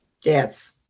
Yes